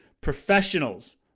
professionals